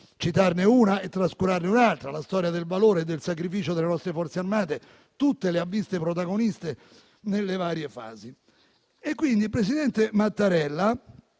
citarne una e trascurarne un'altra: la storia del valore e del sacrificio delle nostre Forze armate le ha viste tutte protagoniste nelle varie fasi. Il presidente della